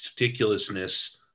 ridiculousness